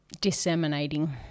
disseminating